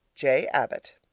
j. abbott